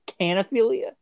canophilia